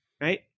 right